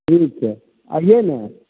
ठीक छै अइए ने